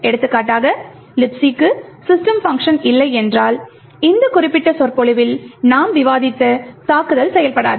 எடுத்துக்காட்டாக Libcக்கு system function இல்லை என்றால் இந்த குறிப்பிட்ட சொற்பொழிவில் நாம் விவாதித்த தாக்குதல் செயல்படாது